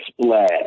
splash